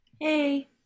Hey